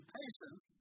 patience